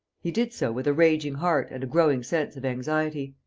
he did so with a raging heart and a growing sense of anxiety.